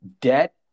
debt